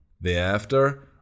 thereafter